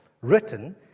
written